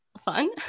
fun